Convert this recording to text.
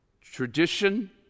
tradition